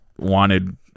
wanted